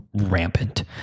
rampant